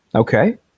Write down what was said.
Okay